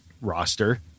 roster